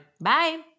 Bye